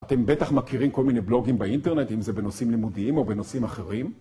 אתם בטח מכירים כל מיני בלוגים באינטרנט, אם זה בנושאים לימודיים או בנושאים אחרים.